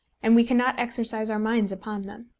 and we cannot exercise our minds upon them.